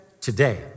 today